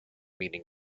meaning